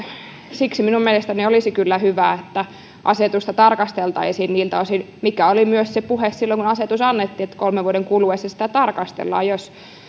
siksi minun mielestäni olisi kyllä hyvä että asetusta tarkasteltaisiin niiltä osin kuin oli myös puhetta silloin kun asetus annettiin että kolmen vuoden kuluessa sitä tarkastellaan jos